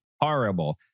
horrible